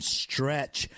stretch